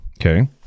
Okay